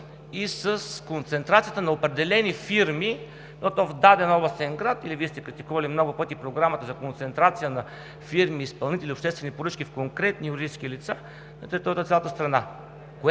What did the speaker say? и с концентрацията на определени фирми в даден областен град, или Вие сте критикували много пъти Програмата за концентрация на фирми, изпълнители на обществени поръчки, в конкретни юридически лица на територията на цялата страна,